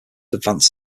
advanced